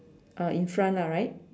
uh in front lah right